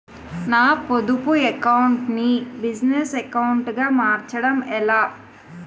నా పొదుపు అకౌంట్ నీ బిజినెస్ అకౌంట్ గా మార్చడం ఎలా?